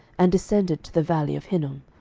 and descended to the valley of hinnom,